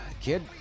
Kid